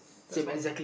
that's what